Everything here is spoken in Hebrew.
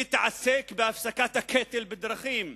תתעסק בהפסקת הקטל בדרכים,